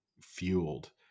fueled